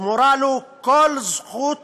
שמורה לו כל זכות